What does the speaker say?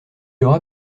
aura